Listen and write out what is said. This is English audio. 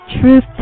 Truth